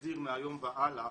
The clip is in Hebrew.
שמסיר נהלים מעתה והלאה,